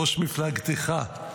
ראש מפלגתך.